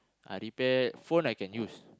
I repair phone I can use